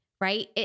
Right